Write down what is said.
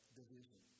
division